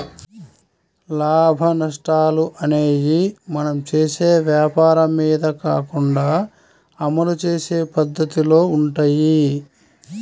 లాభనష్టాలు అనేయ్యి మనం చేసే వ్వాపారం మీద కాకుండా అమలు చేసే పద్దతిలో వుంటయ్యి